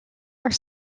are